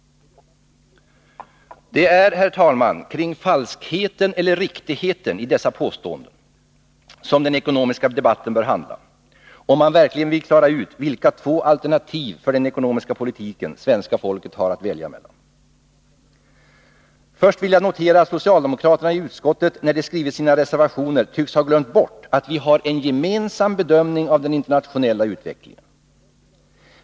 Det är, herr talman, om falskheten eller riktigheten i dessa påståenden som den ekonomiska debatten bör handla, om man verkligen vill klara ut vilka två alternativ för den ekonomiska politiken svenska folket har att välja mellan. Först vill jag notera att socialdemokraterna i utskottet när de skrivit sina reservationer tycks ha glömt bort att vi har en gemensam bedömning av den internationella utvecklingen.